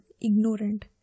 ignorant